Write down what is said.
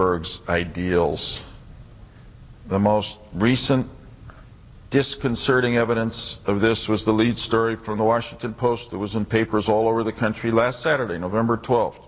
vandenberg ideals the most recent disconcerting evidence of this was the lead story from the washington post that was in papers all over the country last saturday nov twelfth